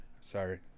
Sorry